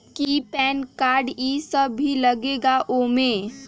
कि PAN card इ सब भी लगेगा वो में?